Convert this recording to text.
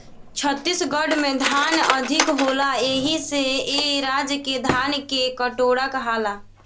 छत्तीसगढ़ में धान अधिका होला एही से ए राज्य के धान के कटोरा कहाला